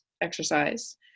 exercise